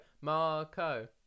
Marco